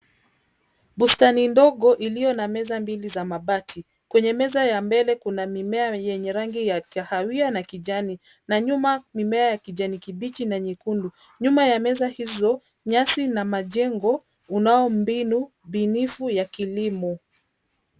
Bustani ndogo iliyo na meza mbili za mabati. Kwenye meza ya mbele kuna mimea yenye rangi ya kahawia na kijani, na nyuma mimea ya kijani kibichi na nyekundu. Nyuma ya meza hizo, nyasi na majengo unao mbinu bunifu ya kilimo.